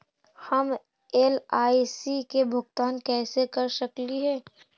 हम एल.आई.सी के भुगतान कैसे कर सकली हे?